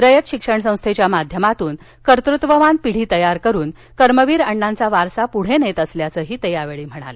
रयत शिक्षण संस्थेच्या माध्यमातून कर्तत्ववान पिढी तयार करून कर्मवीर अण्णांचा वारसा पुढे नेत असल्याचं ते म्हणाले